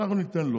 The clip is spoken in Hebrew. נתן לו